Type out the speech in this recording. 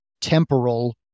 temporal